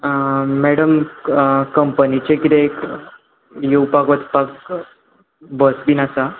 madam कंपनीचे कितें एक येवपाक वचपाक बस बीन आसा